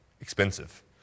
expensive